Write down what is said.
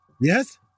Yes